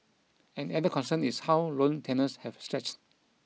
an added concern is how loan tenures have stretched